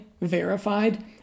verified